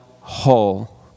whole